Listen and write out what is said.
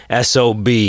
SOB